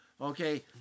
Okay